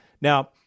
Now